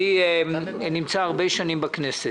אני נמצא שנים רבות בכנסת.